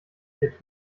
hier